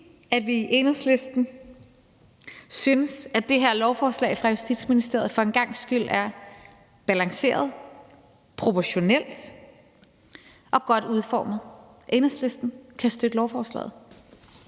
at vi i Enhedslisten synes, at det her lovforslag fra Justitsministeriet for en gangs skyld er balanceret, proportionelt og godt udformet. Enhedslisten kan støtte lovforslaget.